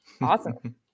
Awesome